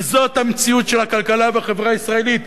כי זאת המציאות של הכלכלה בחברה הישראלית,